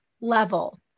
level